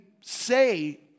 say